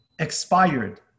expired